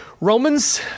Romans